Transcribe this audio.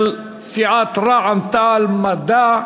של סיעת רע"ם-תע"ל-מד"ע.